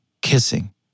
kissing